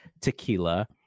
tequila